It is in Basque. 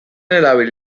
erabil